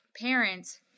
parents